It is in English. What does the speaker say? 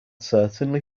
certainly